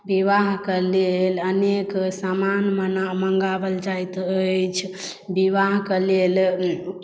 विवाह के लेल अनेक समान मँगाओल जाइत अछि विवाह के लेल